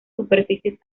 superficies